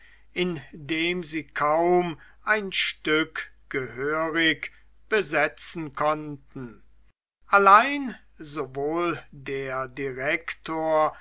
indem sie kaum ein stück gehörig besetzen konnten allein sowohl der direktor